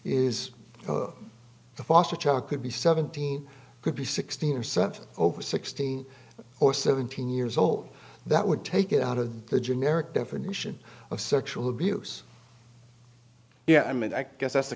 the foster child could be seventeen could be sixteen or seven over sixteen or seventeen years old that would take it out of the generic definition of sexual abuse yeah i mean i guess that's the